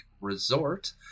Resort